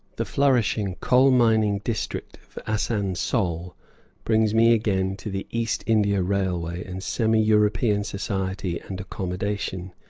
the flourishing coal-mining district of asansol brings me again to the east india railway and semi-european society and accommodation.